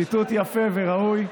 ציטוט יפה וראוי.